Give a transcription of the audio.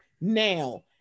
now